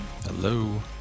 Hello